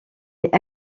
est